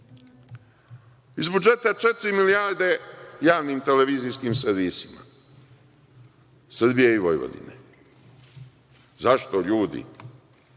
Iz budžeta četiri milijarde javnim televizijskim servisima Srbije i Vojvodine. Zašto ljudi?